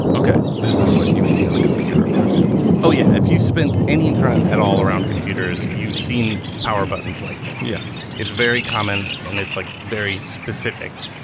okay. this is what you would see on a computer, for example? oh yeah. if you spent any time at all around computers, you've seen power buttons like this yeah it's very common and it's like very specific.